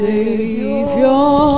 Savior